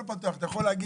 כאלה.